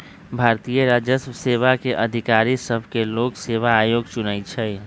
भारतीय राजस्व सेवा के अधिकारि सभके लोक सेवा आयोग चुनइ छइ